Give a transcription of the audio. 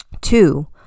Two